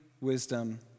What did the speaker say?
wisdom